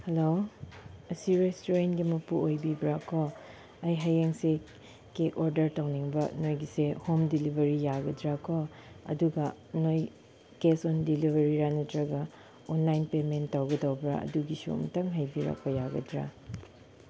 hello ꯑꯁꯤ ꯔꯦꯁꯇꯨꯔꯦꯟꯒꯤ ꯃꯄꯨ ꯑꯣꯏꯕꯤꯕ꯭ꯔ ꯀꯣ ꯑꯩ ꯍꯌꯦꯡꯁꯤ ꯀꯦꯕ ꯑꯣꯗꯔ ꯇꯧꯅꯤꯡꯕ ꯅꯣꯏꯒꯤꯁꯦ ꯍꯣꯝ ꯗꯤꯂꯤꯕꯔꯤ ꯌꯥꯔꯣꯏꯗ꯭ꯔ ꯀꯣ ꯑꯗꯨꯒ ꯅꯣꯏ ꯀꯦꯁ ꯑꯣꯟ ꯗꯤꯂꯤꯕꯔꯤꯔ ꯅꯠꯇ꯭ꯔꯒ ꯑꯣꯟꯂꯥꯏꯟ ꯄꯦꯃꯦꯟ ꯇꯧꯒꯗꯧꯕ꯭ꯔ ꯑꯗꯨꯒꯤꯁꯨ ꯑꯃꯨꯛꯇꯪ ꯍꯥꯏꯕꯤꯔꯛꯄ ꯌꯥꯒꯗ꯭ꯔ